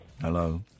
Hello